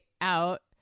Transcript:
out